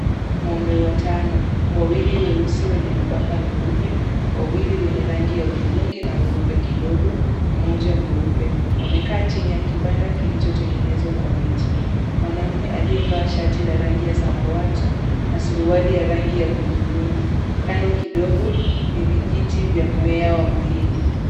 Ng'ombe watano. Wawili weusi wenye mabaka meupe, wawili wenye rangi ya udhurungi na weupe kidogo, mmoja mweupe wamekaa chini ya kibanda kilichotengenezwa kwa miti. Mwanamume aliyevaa shati la rangi ya samawati na suruali ya rangi ya udhurungi. Kando kidogo, ni vijiti vya mmea wa mahindi.